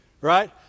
Right